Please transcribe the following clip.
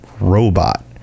robot